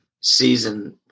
season